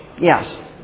Yes